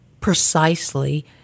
precisely